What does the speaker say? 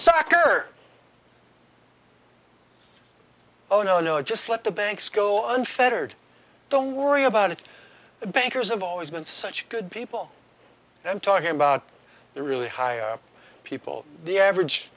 or oh no no just let the banks go on fettered don't worry about it the bankers have always been such good people and i'm talking about the really high up people the average